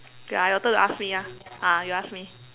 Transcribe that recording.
okay ah your turn to ask me ah ah you ask me